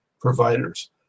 providers